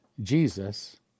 Jesus